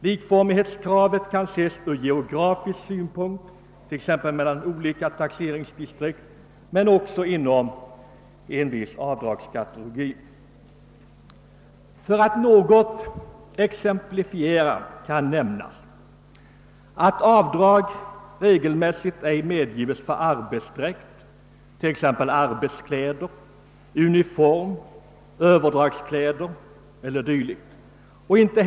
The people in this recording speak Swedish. Likformighetskravet är en rättvisefråga inte bara från geografisk synpunkt — t.ex. mellan olika taxeringsdistrikt — utan också mellan olika kategorier. För att något exemplifiera kan fs nämna att avdrag regelmässigt ej medges för arbetskläder, uniform, överdragskläder o. d. och inte.